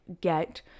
get